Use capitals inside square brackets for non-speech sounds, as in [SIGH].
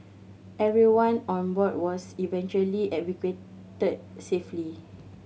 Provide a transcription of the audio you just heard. everyone on board was eventually evacuated safely [NOISE]